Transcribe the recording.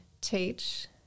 teach